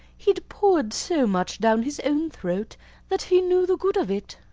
he'd poured so much down his own throat that he knew the good of it.